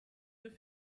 deux